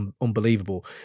unbelievable